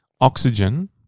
Oxygen